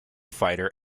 fighter